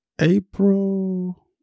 April